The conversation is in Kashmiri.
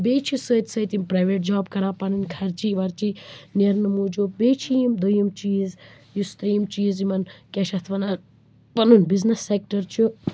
بیٚیہِ چھِ سۭتۍ سۭتۍ یِم پریویٹ جاب کران پَنٕنٛۍ خرچی ورچی نیرنہٕ موجوٗب بیٚیہِ چھِ یِم دۄیِم چیٖز یُس دۄیِم چیٖز یِمَن کیٛاہ چھِ اَتھ وَنان پَنُن بِزنٮ۪س سیٚکٹر چھُ